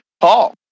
Paul